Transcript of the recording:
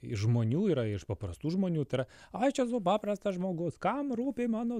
iš žmonių yra iš paprastų žmonių tai yra aš esu paprastas žmogus kam rūpi mano